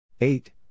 Eight